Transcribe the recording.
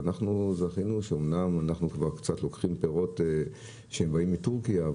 ואנחנו זכינו אומנם אנחנו לוקחים פירות שבאים מטורקיה,